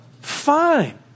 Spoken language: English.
fine